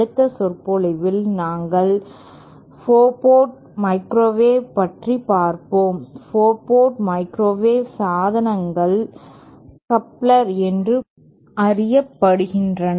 அடுத்த சொற்பொழிவில் நாங்கள் 4 போர்ட் மைக்ரோவேவை பற்றி பார்ப்போம் 4 போர்ட் மைக்ரோவேவ் சாதனங்கள் கப்ளர் என்று பொதுவான அறியப்படுகின்றன